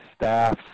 staff